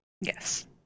Yes